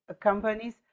companies